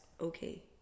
okay